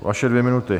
Vaše dvě minuty.